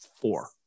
four